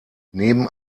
neben